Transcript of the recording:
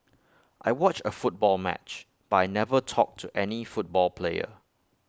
I watched A football match but I never talked to any football player